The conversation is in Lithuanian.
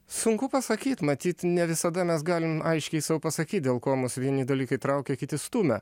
sunku pasakyt matyt ne visada mes galime aiškiai sau pasakyt dėl ko mus vieni dalykai traukia kiti stumia